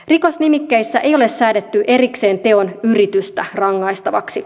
rikosnimikkeissä ei ole säädetty erikseen teon yritystä rangaistavaksi